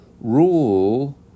rule